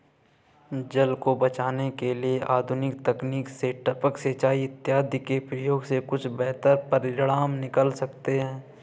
जल को बचाने के लिए आधुनिक तकनीक से टपक सिंचाई इत्यादि के प्रयोग से कुछ बेहतर परिणाम निकल सकते हैं